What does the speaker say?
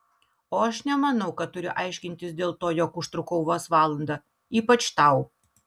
o aš nemanau kad turiu aiškintis dėl to jog užtrukau vos valandą ypač tau